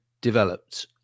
developed